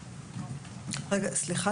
רגע, סליחה.